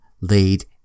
laid